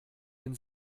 den